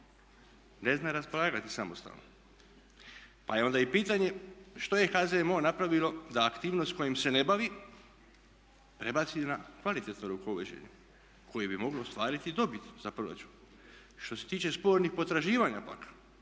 ne zna raspolagati samostalno. Pa je onda i pitanje što je HZMO napravilo da aktivnost s kojom se ne bavi prebaci na kvalitetno rukovođenje koje bi moglo ostvariti dobit za proračun? Što se tiče spornih potraživanja